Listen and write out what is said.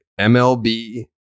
MLB